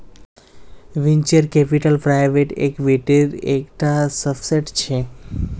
venture capital private इक्विटीर एक टा सबसेट छे